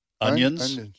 Onions